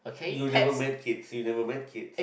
you never met kids you never met kids